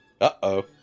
Uh-oh